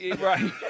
right